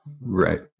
Right